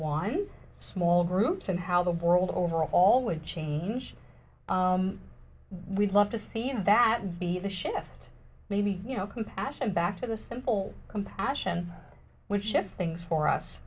one small groups and how the world over all would change we'd love to see that and see the shift maybe you know compassion back to the simple compassion which if things for us